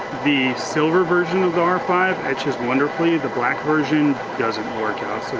the silver version of the r five etches wonderfully, the black version doesn't work out